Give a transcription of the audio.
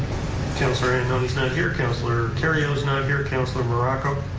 councilor ioannoni's not here, councilor kerrio's not here, councilor morocco?